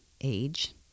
age